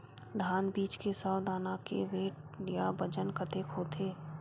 धान बीज के सौ दाना के वेट या बजन कतके होथे?